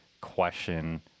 question